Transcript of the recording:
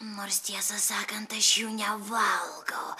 nors tiesą sakant aš jų nevalgau